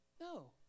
No